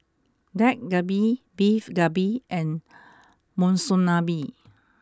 Dak Galbi Beef Galbi and Monsunabe